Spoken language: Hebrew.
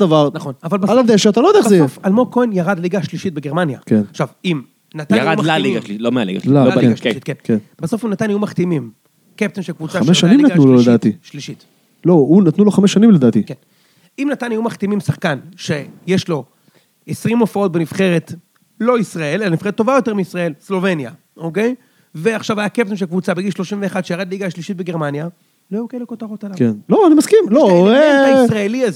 נכון. אבל בסוף, אלמוג כהן ירד ליגה שלישית בגרמניה. כן. עכשיו אם.. ירד לליגה, לא מהליגה. כן. בסוף הוא נתן נאום מחתימים. קפטן של קבוצה... חמש שנים נתנו לו לדעתי. שלישית. לא, הוא, נתנו לו חמש שנים לדעתי. כן. אם נתן נאום מחתימים, שחקן, שיש לו 20 הופעות בנבחרת, לא ישראל, אלא נבחרת טובה יותר מישראל, סלובניה, אוקיי? ועכשיו היה קפטן של קבוצה בגיל 31 שירד ליגה השלישית בגרמניה, לא היו כאילו כותרות עליו. כן. לא, אני מסכים. לא..